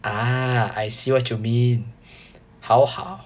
ah I see what you mean 好好